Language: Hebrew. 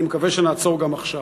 אני מקווה שנעצור גם עכשיו.